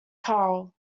carol